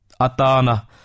Atana